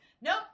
Nope